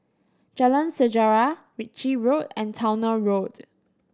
Jalan Sejarah Ritchie Road and Towner Road